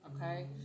okay